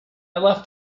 left